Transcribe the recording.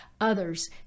others